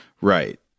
Right